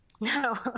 No